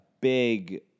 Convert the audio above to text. big